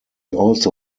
also